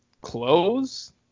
close